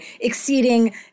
exceeding